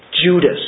Judas